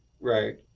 right